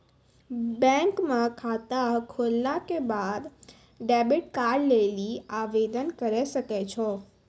bank म खाता खोलला के बाद डेबिट कार्ड लेली आवेदन करै सकै छौ